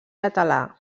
català